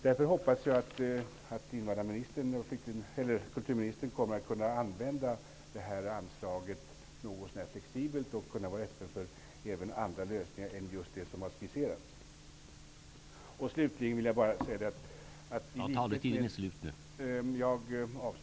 Därför hoppas jag att kulturministern kommer att kunna använda detta anslag något så när flexibelt och att hon kommer att kunna vara öppen även för andra lösningar än just de som har skisserats.